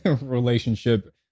relationship